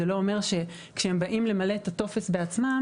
זה לא אומר שכשהם באים למלא את הטופס בעצמם